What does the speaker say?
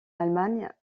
allemagne